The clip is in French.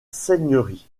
seigneurie